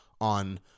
on